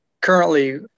currently